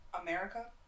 America